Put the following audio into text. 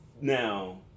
now